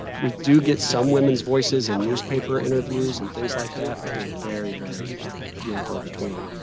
we do get some women's voices in newspaper interviews and things like that, but they're very, very few and far between.